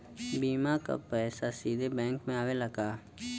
बीमा क पैसा सीधे बैंक में आवेला का?